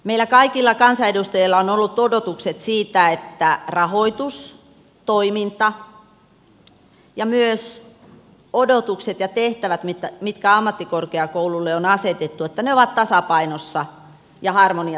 meillä kaikilla kansanedustajilla on ollut odotukset siitä että rahoitus toiminta ja myös odotukset ja tehtävät mitkä ammattikorkeakoululle on asetettu ovat tasapainossa ja harmoniassa keskenään